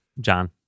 John